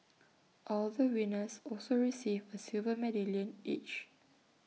all the winners also received A silver medallion each